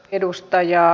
edustaja